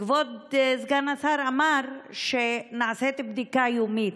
כבוד סגן השר אמר שנעשית בדיקה יומית.